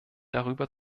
darüber